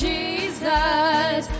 Jesus